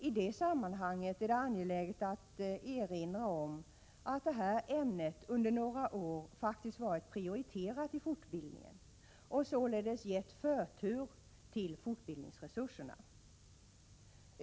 I det sammanhanget är det angeläget att erinra om att detta ämne under några år faktiskt varit prioriterat i fortbildningen och således gett förtur till fortbildningsresurserna.